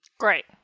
Great